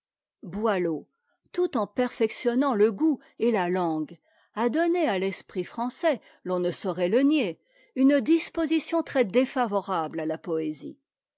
tout en perfectionnant le goût et la langue a donné à t'esprit français l'on ne saurait le nier une disposition très défavorable à la poésie